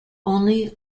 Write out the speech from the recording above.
only